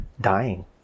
dying